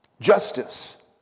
Justice